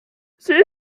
sie